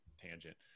tangent